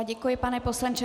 Děkuji, pane poslanče.